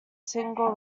single